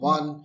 One